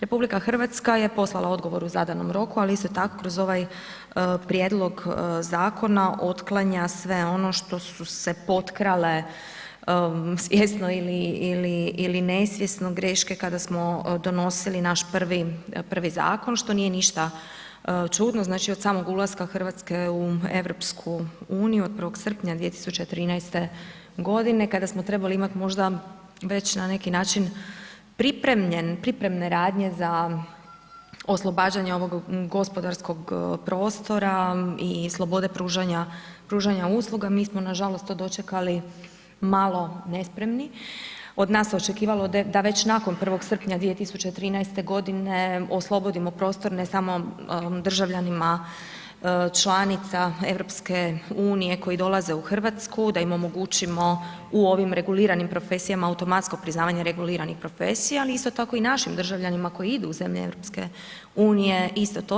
RH je poslala odgovor u zadanom roku ali isto tako kroz ovaj prijedlog zakona otklanja sve ono što su se potkrale, svjesno ili nesvjesno greške kada smo donosili naš prvi, prvi zakon što nije ništa čudno, znači od samog ulaska Hrvatske u EU, od 1. srpnja 2013. godine kada smo trebali imati možda već na neki način pripremljen, pripremne radnje za oslobađanje ovog gospodarskog prostora i slobode pružanja usluga, mi smo nažalost to dočekali malo nespremni, od nas se očekivalo da već nakon 1. srpnja 2013. godine oslobodimo prostor ne samo državljanima članica EU koji dolaze u Hrvatsku da im omogućimo u ovim reguliranim profesijama automatsko priznavanje reguliranih profesija, ali isto tako i našim državljanima koji idu u zemlje EU isto to.